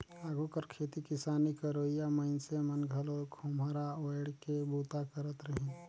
आघु कर खेती किसानी करोइया मइनसे मन घलो खोम्हरा ओएढ़ के बूता करत रहिन